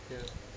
ya